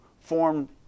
form